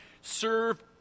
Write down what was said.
Serve